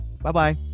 Bye-bye